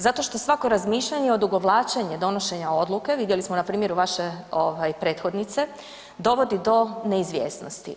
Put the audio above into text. Zato što svako razmišljanje i odugovlačenje donošenja odluke, vidjeli smo na primjeru vaše prethodnice dovodi do neizvjesnosti.